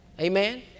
amen